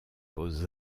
beaux